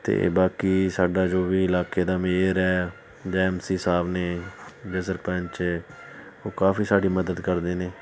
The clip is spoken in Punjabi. ਅਤੇ ਬਾਕੀ ਸਾਡਾ ਜੋ ਵੀ ਇਲਾਕੇ ਦਾ ਮੇਅਰ ਹੈ ਡੀ ਐਮ ਸੀ ਸਾਹਿਬ ਨੇ ਜਾਂ ਸਰਪੰਚ ਹੈ ਉਹ ਕਾਫੀ ਸਾਡੀ ਮਦਦ ਕਰਦੇ ਨੇ